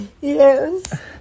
Yes